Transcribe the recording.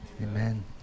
Amen